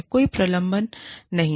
कोई प्रलंबन सस्पेंशन नहीं है